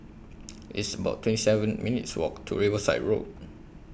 It's about twenty seven minutes' Walk to Riverside Road